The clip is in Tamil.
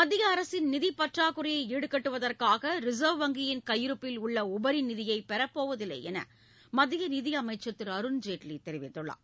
மத்திய அரசின் நிதிப் பற்றாக்குறையை ஈடுகட்டுவதற்காக ரிசர்வ் வங்கியின் கையிருப்பில் உள்ள உபரி நிதியை பெறப்போவதில்லை என மத்திய நிதியமைச்சர் திரு அருண்ஜேட்லி தெரிவித்துள்ளார்